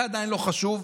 זה עדיין לא חשוב.